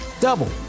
double